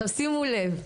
שימו לב,